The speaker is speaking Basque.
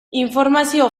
informazio